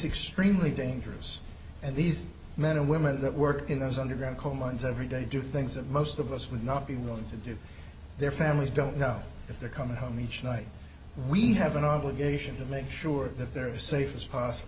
extremely dangerous and these men and women that work in those underground coal mines every day do things that most of us would not be willing to do their families don't know if they're coming home each night we have an obligation to make sure that they're safe